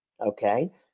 Okay